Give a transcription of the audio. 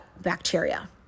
bacteria